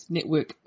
Network